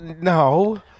No